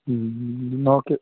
മ്മ് മ്മ് നോക്ക്